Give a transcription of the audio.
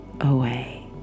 away